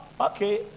Okay